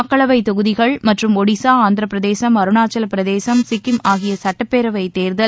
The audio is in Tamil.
மக்களவை தொகுதிகள் மற்றும் ஒடிசா ஆந்திரப்பிரதேசம் அருணாச்சலப்பிரதேசம் சிக்கிம் ஆகிய சுட்டப்பேரவை தேர்தல்